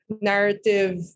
narrative